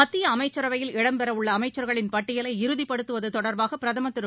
மத்திய அமைச்சரவையில் இடம் பெறவுள்ள அமைச்சர்களின் பட்டியலை இறுதிப்படுத்துவது தொடர்பாக பிரதமர் திரு